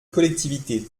collectivités